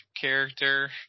character